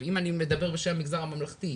ואם אני מדבר בשם המגזר הממלכתי,